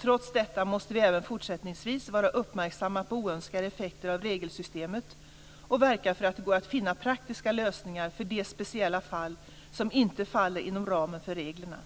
Trots detta måste vi även fortsättningsvis vara uppmärksamma på oönskade effekter av regelsystemet och verka för att det går att finna praktiska lösningar för de speciella fall som inte faller inom ramen för reglerna.